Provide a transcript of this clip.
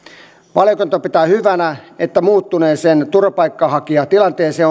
valiokunta pitää hyvänä että muuttuneeseen turvapaikanhakijatilanteeseen